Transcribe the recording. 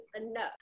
enough